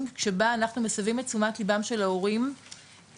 שבה אנחנו מסבים את תשומת ליבם של ההורים לתפקיד